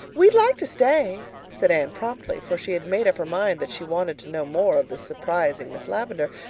we'd like to stay, said anne promptly, for she had made up her mind that she wanted to know more of this surprising miss lavendar,